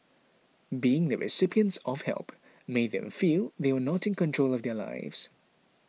being the recipients of help made them feel they were not in control of their lives